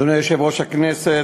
אדוני יושב-ראש הכנסת,